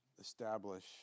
establish